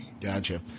Gotcha